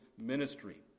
ministry